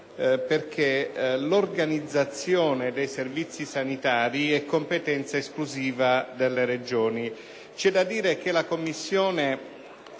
perché l'organizzazione dei servizi sanitari è competenza esclusiva delle Regioni.